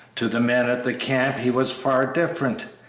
to the men at the camp he was far different,